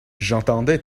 j’entendais